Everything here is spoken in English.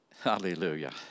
Hallelujah